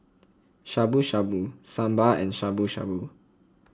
Shabu Shabu Sambar and Shabu Shabu